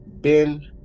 bin